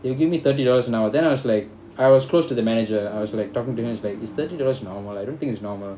they give me thirty dollars an hour then I was like I was close to the manager I was like talking to him it's like is thirty dollars normal I don't think it's normal